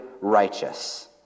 righteous